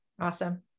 Awesome